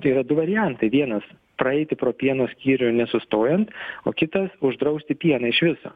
tai yra du variantai vienas praeiti pro pieno skyrių nesustojant o kitas uždrausti pieną iš viso